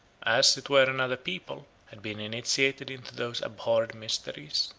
as it were another people, had been initiated into those abhorred mysteries.